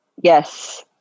Yes